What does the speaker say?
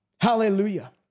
Hallelujah